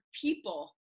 people